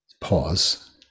Pause